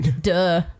Duh